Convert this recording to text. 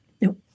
No